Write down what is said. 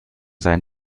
sein